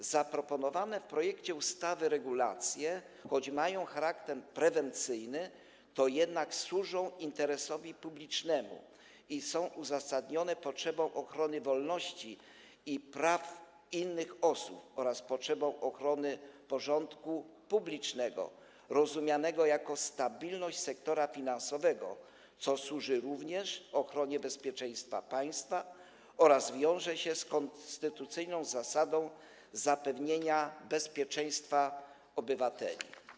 Choć zaproponowane w projekcie ustawy regulacje mają charakter prewencyjny, to jednak służą interesowi publicznemu i są uzasadnione potrzebą ochrony wolności i praw innych osób oraz potrzebą ochrony porządku publicznego rozumianego jako stabilność sektora finansowego, co służy również ochronie bezpieczeństwa państwa oraz wiąże się z konstytucyjną zasadą zapewnienia bezpieczeństwa obywateli.